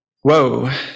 whoa